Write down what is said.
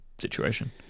situation